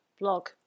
blog